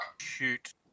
Shoot